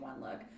OneLook